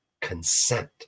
consent